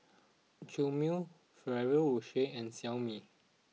Chomel Ferrero Rocher and Xiaomi